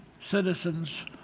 citizens